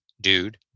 Dude